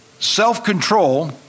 Self-control